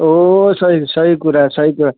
सही सही कुरा सही कुरा